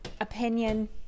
opinion